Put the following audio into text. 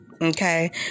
Okay